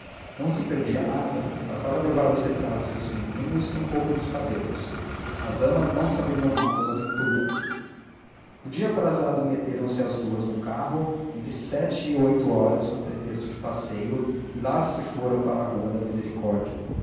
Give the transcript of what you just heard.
não se perdia nada bastava levar os retratos dos meninos e um pouco dos cabelos as amas não saberiam nada da aventura no dia aprazado meteram se as duas no carro entre sete e oito horas com pretexto de passeio e lá se foram para a rua da misericórdia